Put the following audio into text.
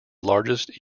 largest